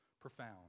profound